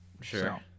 Sure